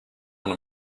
want